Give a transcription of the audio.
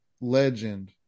Legend